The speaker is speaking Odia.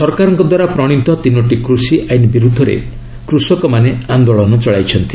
ସରକାରଙ୍କ ଦ୍ୱାରା ପ୍ରଣୀତ ତିନୋଟି କୃଷି ଆଇନ୍ ବିରୁଦ୍ଧରେ କୃଷକମାନେ ଆନ୍ଦୋଳନ ଚଳାଇଛନ୍ତି